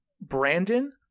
Brandon